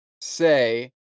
say